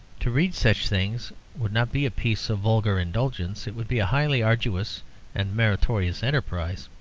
to read such things would not be a piece of vulgar indulgence it would be a highly arduous and meritorious enterprise.